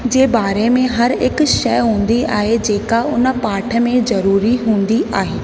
जे बारे में हर हिकु शइ हूंदी आहे जेका उन पाठ में ज़रूरी हूंदी आहे